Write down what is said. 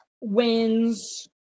wins